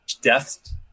death